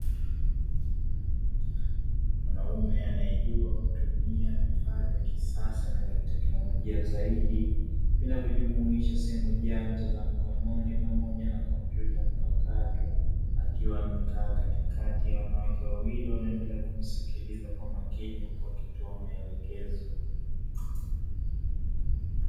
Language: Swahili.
Mwanaume anayejua kutumia vifaa vya kisasa na vya kiteknolojia zaidi, vinavyojumusha simu janja za mkononi pamoja na kompyuta mpakato akiwa amekaa katikati ya wanawake wawili wanaoendelea kumsikiliza kwa makini huku akitoa maelekezo.